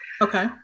Okay